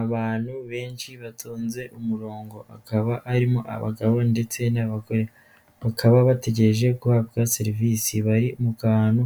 Abantu benshi batonze umurongo, hakaba harimo abagabo ndetse n'abagore. Bakaba bategereje guhabwa serivisi bari mu kantu